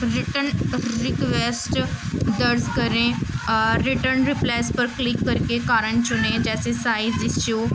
return request درج کریں return replies پر کلک کر کے کارن چنیں جیسے سائز ایشو